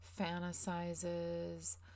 fantasizes